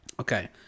Okay